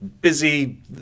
busy